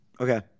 Okay